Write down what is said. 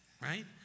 right